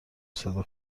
صدا